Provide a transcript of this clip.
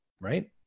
right